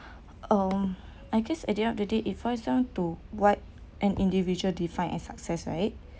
oh I guess at the end of the day it boils down to what an individual defined as success right